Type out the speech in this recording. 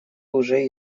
уже